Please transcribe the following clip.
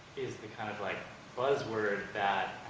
is the kind of, like buzzword that